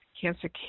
Cancer